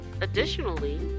Additionally